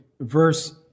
verse